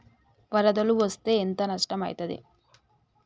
వరదలు వస్తే ఎంత నష్టం ఐతది?